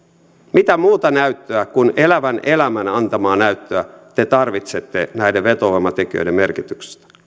mitä muuta näyttöä kuin elävän elämän antamaa näyttöä te tarvitsette näiden vetovoimatekijöiden merkityksestä